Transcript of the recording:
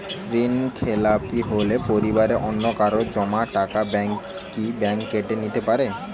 ঋণখেলাপি হলে পরিবারের অন্যকারো জমা টাকা ব্যাঙ্ক কি ব্যাঙ্ক কেটে নিতে পারে?